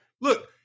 Look